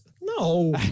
no